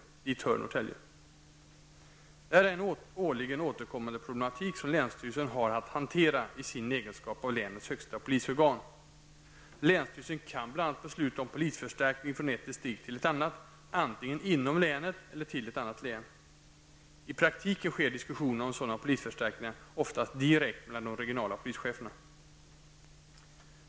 Dit hör Detta är en årligen återkommande problematik som länsstyrelsen har att hantera i sin egenskap av länets högsta polisorgan. Länsstyrelsen kan bl.a. besluta om polisförstärkning från ett distrikt till ett annat, antingen inom länet eller till ett annat län. I praktiken sker diskussionerna om sådana polisförstärkningar oftast direkt mellan de regionala polischeferna.